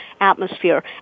atmosphere